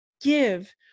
give